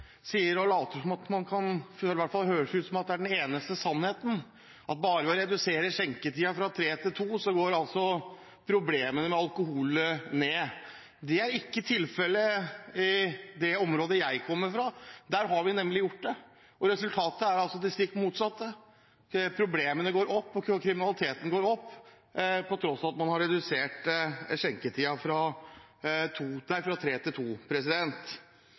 sier – og det høres ut som det er den eneste sannheten – at bare ved å redusere skjenketiden fra kl. 03 til kl. 02 går problemene som følge av alkoholbruken ned. Det er ikke tilfellet i det området jeg kommer fra. Der har vi nemlig gjort det, og resultatet er altså det stikk motsatte. Problemene går opp, kriminaliteten går opp, til tross for at man har redusert skjenketiden fra kl. 03 til